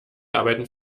arbeiten